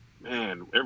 man